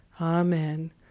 Amen